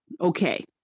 Okay